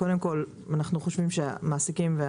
קודם כול אנחנו חושבים שהמפעילים